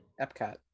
epcot